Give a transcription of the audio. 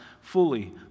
fully